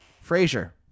Frazier